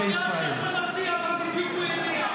זו הזדמנות טובה שתסביר לחבר הכנסת המציע מה בדיוק הוא הניח.